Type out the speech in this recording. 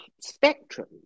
spectrum